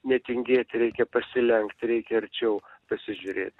netingėti reikia pasilenkti reikia arčiau pasižiūrėt